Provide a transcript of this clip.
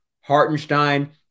Hartenstein